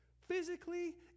Physically